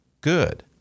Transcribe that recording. good